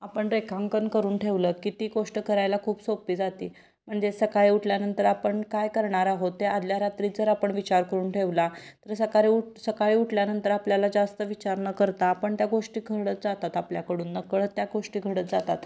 आपण रेखांकन करून ठेवलं की ती गोष्ट करायला खूप सोप्पी जाते म्हणजे सकाळी उठल्यानंतर आपण काय करणार आहोत ते आदल्या रात्री जर आपण विचार करून ठेवला तर सकाळी उठ सकाळी उठल्यानंतर आपल्याला जास्त विचार न करता आपण त्या गोष्टी घडत जातात आपल्याकडून नकळत त्या गोष्टी घडत जातात